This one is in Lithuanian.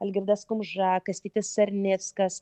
algirdas kumža kastytis sarnickas